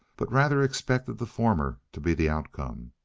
but rather expected the former to be the outcome,